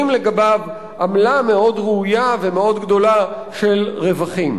לגביו עמלה מאוד ראויה ומאוד גדולה של רווחים.